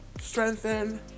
strengthen